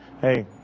Hey